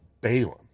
Balaam